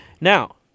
Now